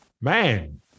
man